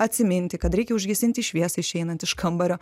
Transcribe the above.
atsiminti kad reikia užgesinti šviesą išeinant iš kambario